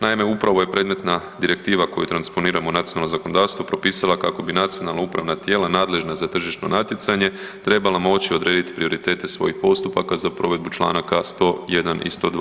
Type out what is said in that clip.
Naime, upravo je predmetna direktiva koju transponiramo u nacionalno zakonodavstvo propisala kako bi nacionalna upravna tijela nadležna za tržišno natjecanje trebala moći odrediti prioritete svojih postupaka za provedbu članaka 101. i 102.